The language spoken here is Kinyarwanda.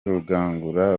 rugangura